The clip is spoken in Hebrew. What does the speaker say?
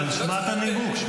אבל שמע את הנימוק.